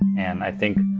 and i think